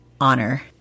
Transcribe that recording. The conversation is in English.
honor